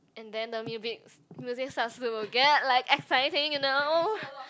and then the music music starts to get like exciting you know